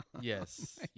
yes